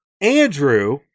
Andrew